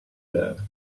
that